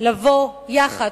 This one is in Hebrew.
לבוא יחד,